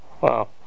Wow